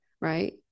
right